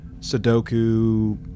Sudoku